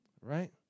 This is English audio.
right